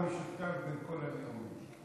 מה המשותף לכל הנאומים?